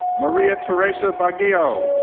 maria theresa baguyo.